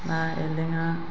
ना एलेंगा